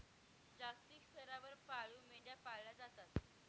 जागतिक स्तरावर पाळीव मेंढ्या पाळल्या जातात